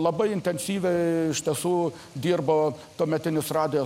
labai intensyviai iš tiesų dirbo tuometinius radijas